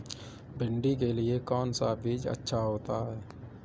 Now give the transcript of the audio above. भिंडी के लिए कौन सा बीज अच्छा होता है?